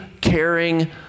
caring